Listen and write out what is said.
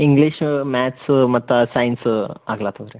English maths ಮತ್ತು science ಆಗ್ಲತ್ತಾದ ರಿ